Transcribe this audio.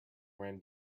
ran